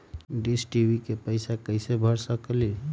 Dish TV के पैईसा कईसे भर सकली?